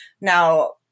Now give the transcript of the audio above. Now